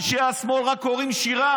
אנשי השמאל, אומרים, רק קוראים שירה.